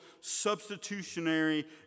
substitutionary